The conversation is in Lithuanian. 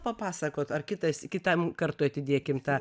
papasakoti ar kitas kitam kartui atidėkime tą